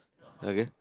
okay